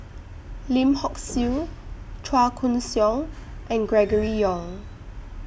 Lim Hock Siew Chua Koon Siong and Gregory Yong